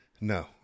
No